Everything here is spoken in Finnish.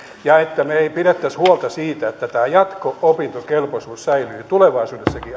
se että me emme pitäisi huolta siitä että tämä jatko opintokelpoisuus säilyy tulevaisuudessakin